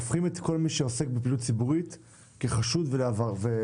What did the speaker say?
הופכים את כל מי שעוסק בפעילות ציבורית כחשוד מידי.